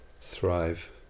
thrive